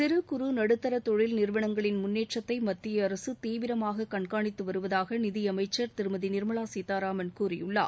சிறு குறு நடுத்தர தொழில் நிறுவனங்களின் முன்னேற்றத்தை மத்திய அரசு தீவிரமாக கண்காணித்து வருவதாக நிதியமைச்சர் திருமதி நிர்மலா சீதாராமன் கூறியுள்ளார்